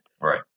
Right